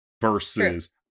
versus